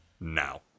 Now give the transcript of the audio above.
now